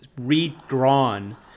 redrawn